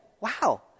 Wow